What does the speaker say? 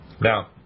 Now